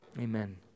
amen